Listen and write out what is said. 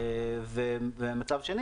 מצב שני,